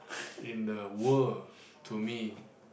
in the world to me